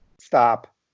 Stop